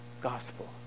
gospel